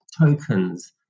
tokens